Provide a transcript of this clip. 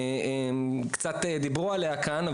קצת דיברו עליה כאן,